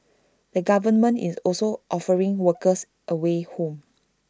the government is also offering workers A way home